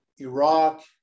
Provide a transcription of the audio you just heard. Iraq